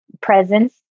presence